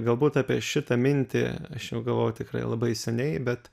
galbūt apie šitą mintį aš jau galvojau tikrai labai seniai bet